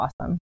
awesome